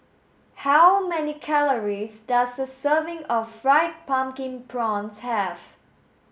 how many calories does a serving of fried pumpkin prawns have